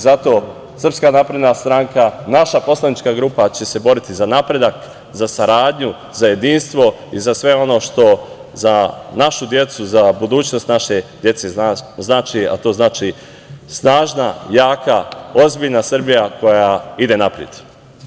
Zato Srpska napredna stranka, naša poslanička grupa će se boriti za napredak, za saradnju, za jedinstvo i za sve ono što za našu decu, za budućnost naše dece znači, a to znači snažna, jaka, ozbiljna Srbija koja ide napred.